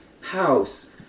house